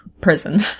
prison